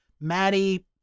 Maddie